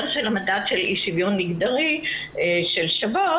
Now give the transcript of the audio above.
של המדד של אי שוויון מגדרי של "שוות".